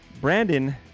Brandon